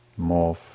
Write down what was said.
morph